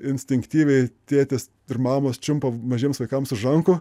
instinktyviai tėtis ir mamos čiumpa mažiems vaikams už rankų